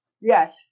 Yes